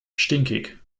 stinkig